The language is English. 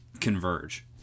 converge